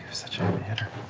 such a heavy-hitter.